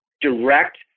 direct